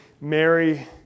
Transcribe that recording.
Mary